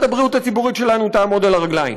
הבריאות הציבורית שלנו תעמוד על הרגליים.